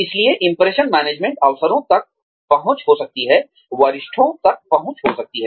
इसलिए impression management अवसरों तक पहुंच हो सकती है वरिष्ठों तक पहुंच हो सकती है